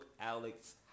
Alex